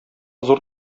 зур